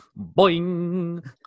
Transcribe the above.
boing